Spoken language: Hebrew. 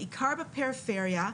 בעיקר בפריפריה,